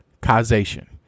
causation